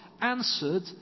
answered